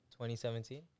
2017